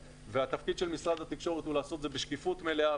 של משרד התקשורת הוא לעשות את זה בשקיפות מלאה,